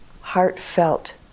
heartfelt